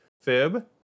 Fib